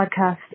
podcast